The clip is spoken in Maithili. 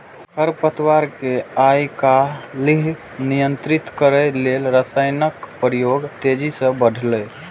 खरपतवार कें आइकाल्हि नियंत्रित करै लेल रसायनक प्रयोग तेजी सं बढ़लैए